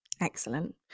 excellent